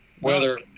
weather